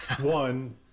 one